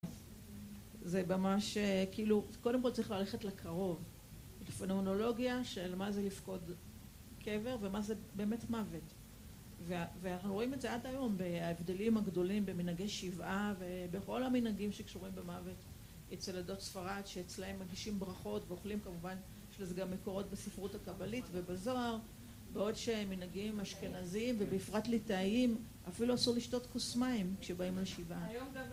זה ממש כאילו, קודם כל צריך ללכת לקרוב, לפנאונולוגיה של מה זה לפקוד קבר ומה זה באמת מוות. ואנחנו רואים את זה עד היום בהבדלים הגדולים במנהגי שבעה ובכל המנהגים שקשורים במוות אצל עדות ספרד שאצלהם מגישים ברכות ואוכלים, כמובן, יש לזה גם מקורות בספרות הקבלית ובזוהר, בעוד שמנהגים אשכנזיים ובפרט ליטאיים אפילו אסור לשתות כוס מים כשבאים לשבעה